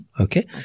Okay